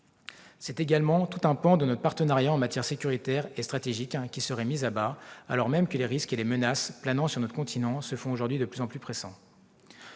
C'est également tout un pan de notre partenariat en matière sécuritaire et stratégique qui serait mis à bas, alors même que les risques et les menaces planant sur notre continent se font aujourd'hui de plus en plus pressants.